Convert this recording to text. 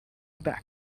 back